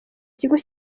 ikigo